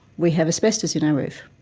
we have asbestos in our roof.